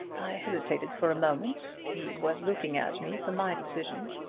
i hesitated for a moment. eve was looking at me for my decision.